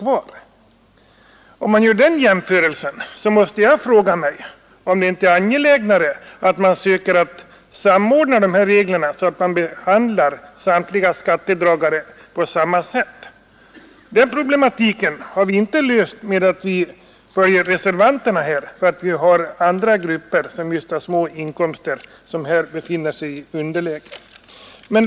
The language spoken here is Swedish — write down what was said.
Vid den jämförelsen måste jag fråga mig om det inte är angelägnare att samordna dessa regler, så att man behandlar samtliga skattebetalare på samma sätt. Den problematiken har vi inte löst genom att vi följer reservanternas förslag. Det finns också andra grupper med små inkomster som befinner sig i underläge.